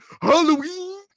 Halloween